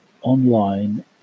online